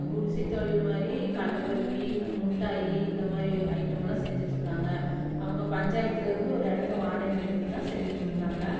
குடிசைத் தொழில் மாதிரி கடலபர்பி முட்டாய் இந்த மாதிரி ஐட்டமுலாம் செஞ்சுட்ருக்காங்க அவங்க பஞ்சாயத்திலருந்து ஒரு இடத்த வாடகைக்கு எடுத்து தான் செஞ்சிட்டுருக்குறாங்க